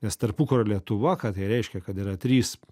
nes tarpukario lietuva ką tai reiškia kad yra trys